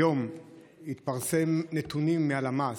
היום התפרסמו נתונים מהלמ"ס,